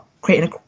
creating